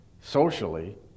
socially